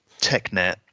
TechNet